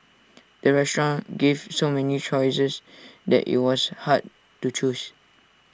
the restaurant gave so many choices that IT was hard to choose